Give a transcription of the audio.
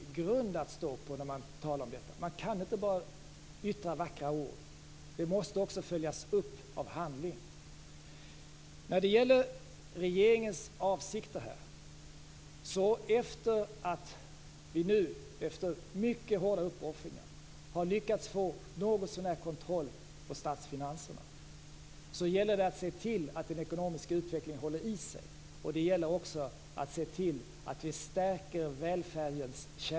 Det går inte bara att yttra vackra ord. Beträffande regeringens avsikter har vi nu efter mycket hårda uppoffringar lyckats att få något så när kontroll på statsfinanserna.